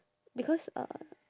because uh